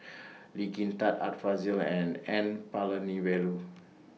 Lee Kin Tat Art Fazil and N Palanivelu